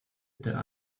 der